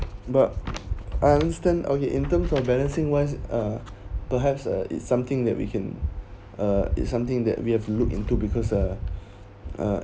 but I understand okay in terms of balancing wise uh perhaps uh it's something that we can uh it's something that we have look into because uh uh